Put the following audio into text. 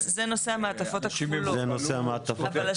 אנשים מבוגרים - אז זה נושא המעטפות הכפולות.